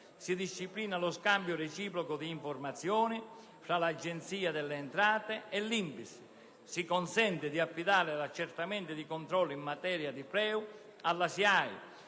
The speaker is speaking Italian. si disciplina lo scambio reciproco di informazioni tra l'Agenzia delle entrate e l'INPS; si consente di affidare l'accertamento ed i controlli in materia di PREU alla SIAE;